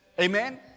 Amen